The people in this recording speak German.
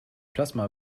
plasma